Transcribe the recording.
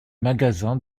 magasins